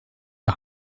der